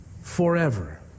forever